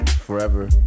Forever